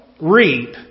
reap